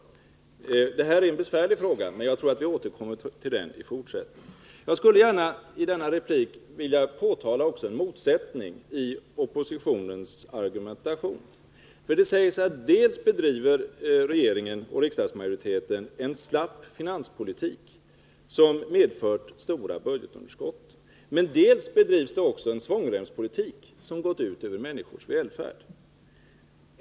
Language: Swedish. Det här är en besvärlig fråga, men jag tror att vi återkommer till den i fortsättningen. Jag skulle i denna replik gärna vilja påtala en motsättning i oppositionens argumentation. Det sägs dels att regeringen och riksdagsmajoriteten bedriver en slapp finanspolitik som medfört stora budgetunderskott, dels att det bedrivs en svångremspolitik som gått ut över människors välfärd.